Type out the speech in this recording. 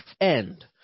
end